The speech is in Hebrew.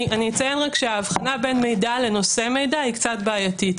אני אציין רק שההבחנה בין מידע לנושא מידע היא קצת בעייתית,